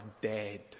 dead